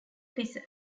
prison